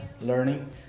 learning